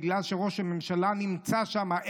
בגלל שראש הממשלה נמצא שמה,